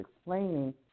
explaining